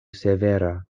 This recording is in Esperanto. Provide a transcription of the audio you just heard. severa